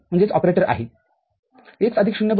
x 0 x x